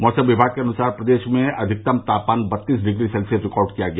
मौसम विभाग के अनुसार प्रदेश में अधिकतम तापमान बत्तीस डिग्री सेल्सियस रिकॉर्ड किया गया